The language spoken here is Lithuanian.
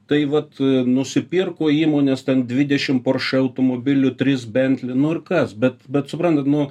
tai vat nusipirko įmonės ten dvidešim porše automobilių trys bentli nu ir kas bet bet suprantat nu